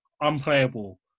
unplayable